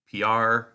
PR